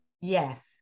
Yes